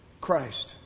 Christ